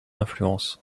influence